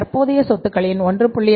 தற்போதைய சொத்துக்களின் 1